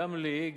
גם לי,